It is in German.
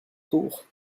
buch